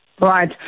right